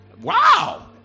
Wow